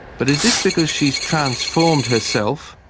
but is this because she's transformed herself,